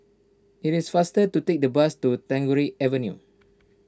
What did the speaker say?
it is faster to take the bus to Tagore Avenue